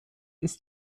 ist